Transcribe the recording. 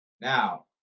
Now